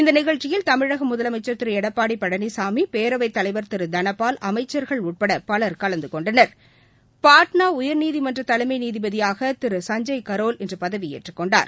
இந்நிகழ்ச்சியில் தமிழக முதலமைச்சர் திரு எடப்பாடி பழனிசாமி பேரவைத்தலைவர் திரு தனபால் அமைச்சர்கள் உட்பட பலர் கலந்துகொண்டனர் பாட்னா உயர்நீதிமன்ற தலைமை நீதிபதியாக திரு சஞ்சய் கரோல் இன்று பதவியேற்று கொண்டார்